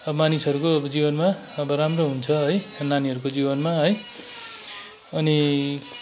अब मानिसहरूको जीवनमा अब राम्रो हुन्छ है नानीहरूको जीवनमा है अनि